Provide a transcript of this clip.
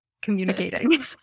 Communicating